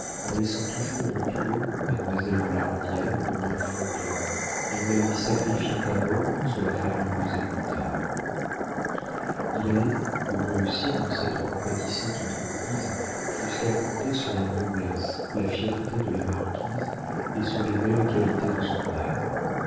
en laissant toujours entre eux mademoiselle de la rodière comme un fantôme et en la lui sacrifiant d'abord pour se la faire imposer plus tard il allait pour réussir dans cette compatissante entreprise jusqu'à compter sur la noblesse la fierté de la marquise et sur les belles qualités de son âme